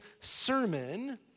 sermon